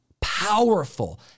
powerful